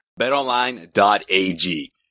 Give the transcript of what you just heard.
BetOnline.ag